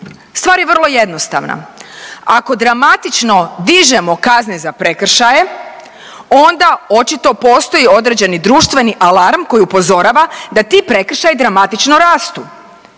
Stvar je vrlo jednostavna. Ako dramatično dižemo kazne za prekršaje onda očito postoji društveni alarm koji upozorava da ti prekršaji dramatično rastu